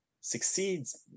succeeds